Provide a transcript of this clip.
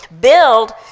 build